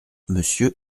monsieur